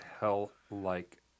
hell-like